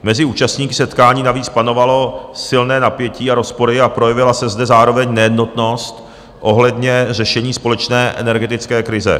Mezi účastníky setkání navíc panovalo silné napětí a rozpory a projevila se zde zároveň nejednotnost ohledně řešení společné energetické krize.